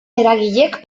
eragilek